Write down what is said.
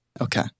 Okay